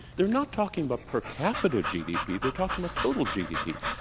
they're not talking about per capita gdp, they're talking about total gdp.